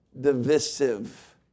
divisive